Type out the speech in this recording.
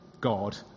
God